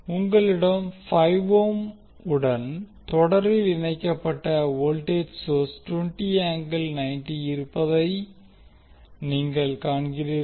உங்களிடம் 5 ஓம் உடன் தொடரில் இணைக்கப்பட்ட வோல்டேஜ் சோர்ஸ் இருப்பதை நீங்கள் காண்கிறீர்கள்